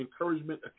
encouragement